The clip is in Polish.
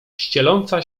ścieląca